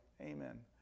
amen